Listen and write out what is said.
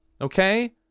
Okay